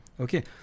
Okay